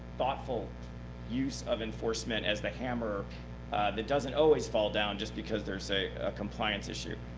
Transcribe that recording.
thoughtful use of enforcement as the hammer that doesn't always fall down just because there's a compliance issue.